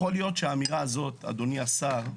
יכול להיות שהאמירה הזאת, אדוני השר,